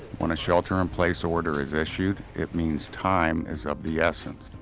when a shelter in place order is issued, it means time is of the essence.